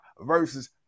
versus